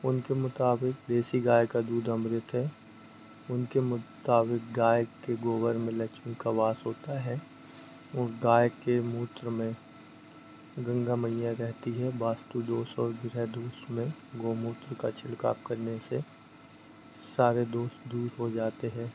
उनके मुताबिक़ देसी गाय का दूध अमृत है उनके मुताबिक़ गाय के गोबर में लक्ष्मी का वास होता है और गाय के मूत्र में गंगा मैया रहती है वास्तु दोष और गृह दोष में गोमूत्र का छिड़काव करने से सारे दोष दूर हो जाते हैं